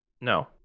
no